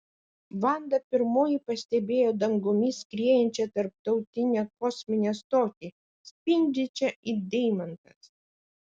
vanda pirmoji pastebėjo dangumi skriejančią tarptautinę kosminę stotį spindinčią it deimantas